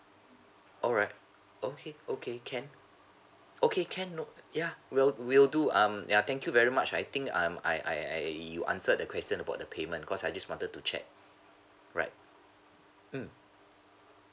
alright okay okay can okay can note yeah will wil do um ya thank you very much I think I'm I I you answered the question about the payment cause I just wanted to check right mm